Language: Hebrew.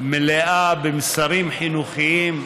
מלאה במסרים חינוכיים.